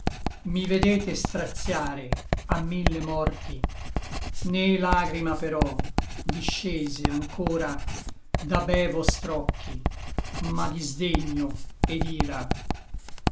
mi vedete straziare a mille morti né lagrima però discese anchora da be vostr'occhi ma disdegno et ira